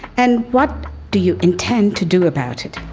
and what do you intend to do about it?